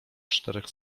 czterech